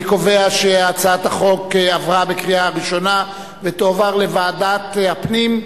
אני קובע שהצעת החוק עברה בקריאה ראשונה ותועבר לוועדת הפנים,